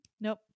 nope